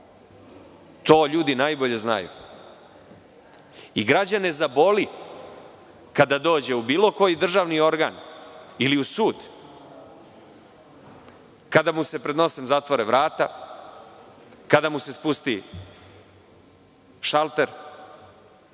To ljudi najbolje znaju. Građane zaboli kada dođu u bilo koji državni organ, ili u sud, kada mu se pred nosem zatvore vrata, kada mu se spusti šalter,